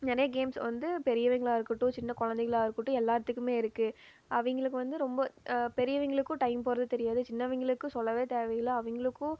நிறைய கேம்ஸ் வந்து பெரியவங்களா இருக்கட்டும் சின்ன குழந்தைங்களா இருக்கட்டும் எல்லாத்துக்குமே இருக்குது அவங்களுக்கு வந்து ரொம்ப பெரியவங்களுக்கும் டைம் போகிறதே தெரியாது சின்னவங்களுக்கும் சொல்லவே தேவையில்லை அவங்களுக்கும்